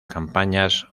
campañas